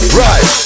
right